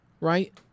Right